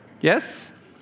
Yes